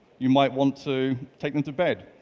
you might want to take them to bed.